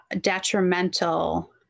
detrimental